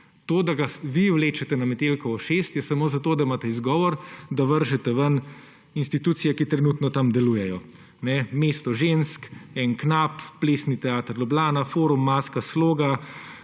To, da ga vi vlečete na Metelkovo 6, je samo zato, da imate izgovor, da vržete ven institucije, ki trenutno dam delujejo: Mesto žensk, EN-KNAP, Plesni teater Ljubljana, Forum, Maska, Sloga,